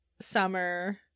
summer